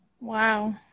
Wow